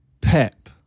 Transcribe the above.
Pep